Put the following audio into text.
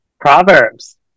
proverbs